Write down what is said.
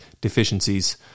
deficiencies